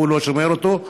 והוא לא שומר אותו,